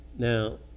Now